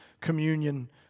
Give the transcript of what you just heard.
communion